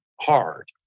hard